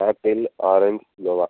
apple orange guava